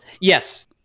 Yes